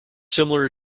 similar